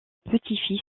petit